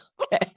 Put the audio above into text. Okay